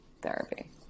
therapy